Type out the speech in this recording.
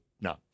no